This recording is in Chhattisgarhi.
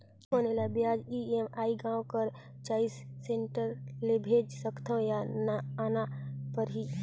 कौन एला ब्याज ई.एम.आई गांव कर चॉइस सेंटर ले भेज सकथव या आना परही?